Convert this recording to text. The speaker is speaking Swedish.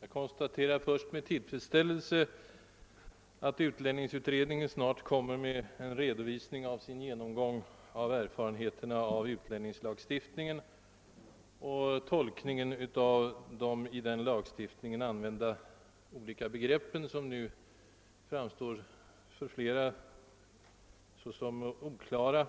Jag konstaterar först med tillfredsställelse att utlänningsutredningen snart skall framlägga en redovisning av sin genomgång av erfarenheterna av utlänningslagstiftningens tillämpning och tolkningen av vissa i denna lagstiftning använda begrepp, som nu — såsom flera talare betonat — framstår såsom oklara